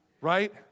right